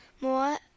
more